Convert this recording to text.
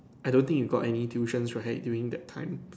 I don't think you got any tuitions right during that time